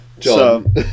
John